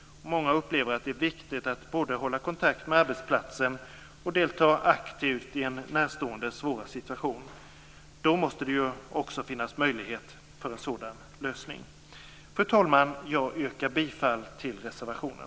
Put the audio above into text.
Många upplever att det är viktigt både att hålla kontakt med arbetsplatsen och att delta aktivt i en närståendes svåra situation. Då måste det också finnas möjlighet till en sådan lösning. Fru talman! Jag yrkar bifall till reservationen.